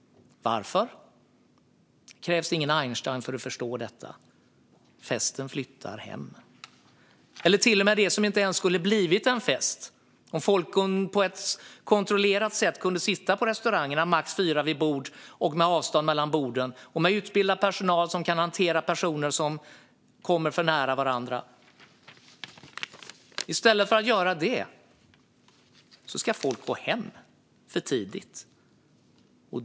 Varför blir det så? Det krävs ingen Einstein för att förstå det. Festen flyttar hem. Och det skulle ju inte bli någon hemmafest om folk på ett kontrollerat sätt kunde sitta kvar på restaurangerna, max fyra vid varje bord, med avstånd mellan borden och med utbildad personal som kan hantera personer som kommer för nära varandra. I stället för att göra det ska folk gå hem för tidigt.